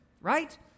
Right